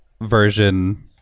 version